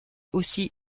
aussi